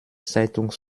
zeitung